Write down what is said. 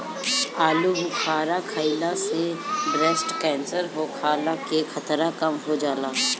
आलूबुखारा खइला से ब्रेस्ट केंसर होखला के खतरा कम हो जाला